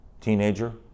teenager